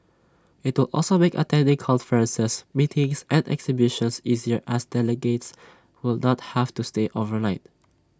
IT will also make attending conferences meetings and exhibitions easier as delegates will not have to stay overnight